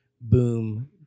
Boom